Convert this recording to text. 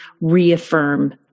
reaffirm